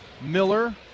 Miller